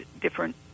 different